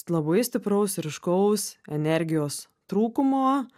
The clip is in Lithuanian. labai stipraus ir ryškaus energijos trūkumo